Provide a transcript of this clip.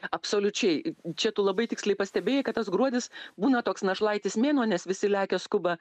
absoliučiai čia tu labai tiksliai pastebėjai kad tas gruodis būna toks našlaitis mėnuo nes visi lekia skuba